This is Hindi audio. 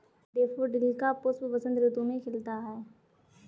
डेफोडिल का पुष्प बसंत ऋतु में खिलता है